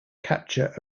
capture